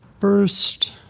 first